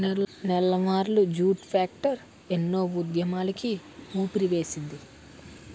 Nellimarla jute factory ఎన్నో ఉద్యమాలకు ఊపిరివేసింది